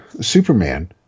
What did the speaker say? Superman